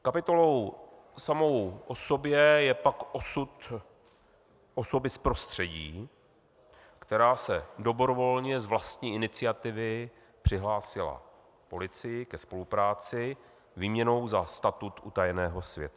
Kapitolou samou o sobě je pak osud osoby z prostředí, která se dobrovolně z vlastní iniciativy přihlásila policii ke spolupráci výměnou za statut utajeného svědka.